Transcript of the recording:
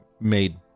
made